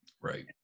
Right